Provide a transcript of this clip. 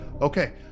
Okay